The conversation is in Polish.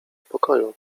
pokoju